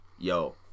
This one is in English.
Yo